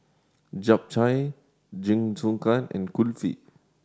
Japchae Jingisukan and Kulfi